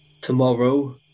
Tomorrow